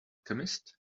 chemist